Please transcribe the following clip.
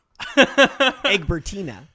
Egbertina